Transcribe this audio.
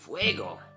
fuego